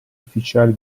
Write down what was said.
ufficiali